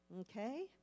Okay